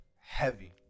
heavy